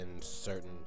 certain